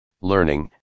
learning